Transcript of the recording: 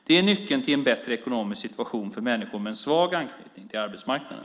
Det är nyckeln till en förbättrad ekonomisk situation för människor med en svag anknytning till arbetsmarknaden.